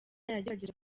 yagerageje